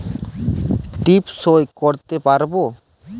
টিপ সই করতে পারবো?